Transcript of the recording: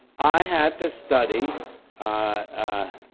i had to study a